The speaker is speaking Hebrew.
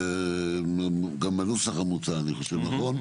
גם הנוסח המוצע, אני אומר נכון?